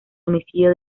homicidio